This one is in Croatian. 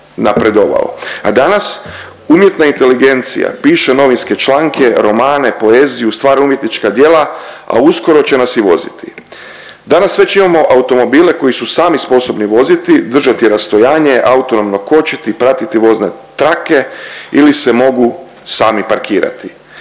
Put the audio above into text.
A danas umjetna inteligencija piše novinske članke, romane, poeziju, stvara umjetnička djela a uskoro će nas i voziti. Danas već imamo automobile koji su sami sposobni voziti, držati rastojanje, autonomno kočiti, pratiti vozne trake ili se mogu sami parkirati,